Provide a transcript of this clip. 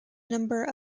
number